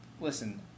listen